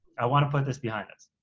i want to put this behind us.